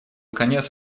конец